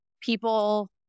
people